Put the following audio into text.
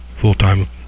full-time